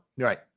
Right